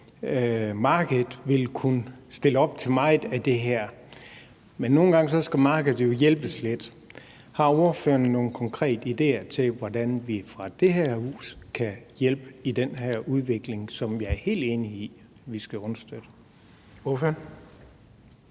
markedet vil kunne stille op til meget af det her. Men nogle gange skal markedet jo hjælpes lidt. Har ordføreren nogen konkrete idéer til, hvordan vi fra det her hus kan skubbe på den her udvikling, som jeg er helt enig i vi skal understøtte? Kl.